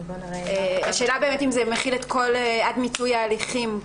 השאלה היא זה מכיל את כל מיצוי ההליכים.